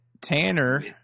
Tanner